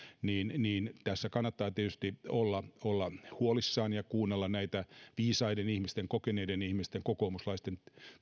niin niin tästä kannattaa tietysti olla huolissaan ja kuunnella näiden viisaiden ihmisten kokeneiden ihmisten kokoomuslaisten